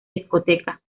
discoteca